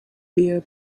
beer